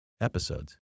episodes